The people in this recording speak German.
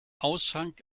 aushang